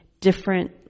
different